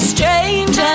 Strange